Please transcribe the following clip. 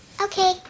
Okay